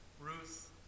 Ruth